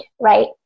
right